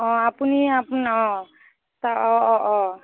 অঁ আপুনি আপোনাৰ অঁ অঁ অঁ অঁ